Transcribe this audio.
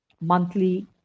monthly